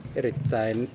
erittäin